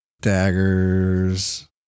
daggers